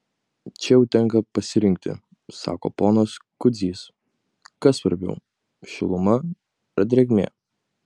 čia jau tenka pasirinkti sako ponas kudzys kas svarbiau šiluma ar drėgmė